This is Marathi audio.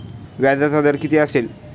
व्याजाचा दर किती असेल?